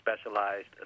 specialized